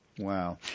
Wow